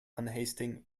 unhasting